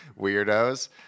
Weirdos